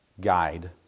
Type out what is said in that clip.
guide